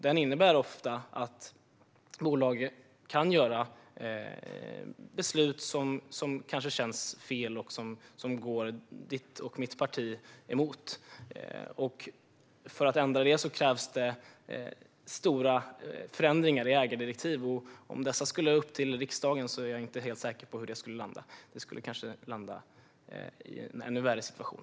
Den innebär ofta att bolag kan fatta beslut som kanske känns fel och som går emot ditt och mitt parti. För att ändra det krävs det stora förändringar i ägardirektiv. Om ägardirektiven skulle tas upp i riksdagen är jag inte så säker på var det skulle landa. Det skulle kanske leda till en ännu värre situation.